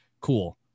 Cool